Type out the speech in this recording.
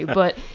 but,